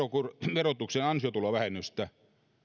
verotuksen ansiotulovähennystä